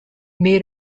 made